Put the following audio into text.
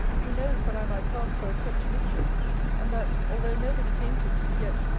who knows but i might pass for a kept mistress and that, although nobody came to me, yet,